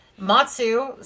Matsu